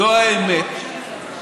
שאומר